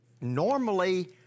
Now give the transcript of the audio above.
normally